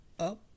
up